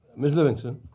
ms. livingston.